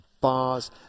bars